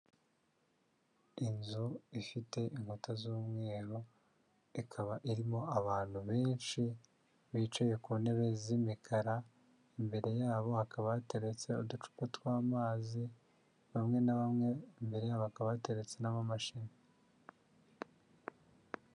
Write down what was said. Inzu ifite inkuta z'umweru ikaba irimo abantu benshi bicaye ku ntebe z'imikara, imbere yabo hakaba hateretse uducupa tw'amazi bamwe na bamwe imbere yabo hakaba hateretse n'amamashini.